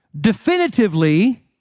definitively